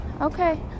Okay